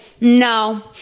No